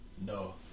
No